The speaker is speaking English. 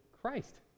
Christ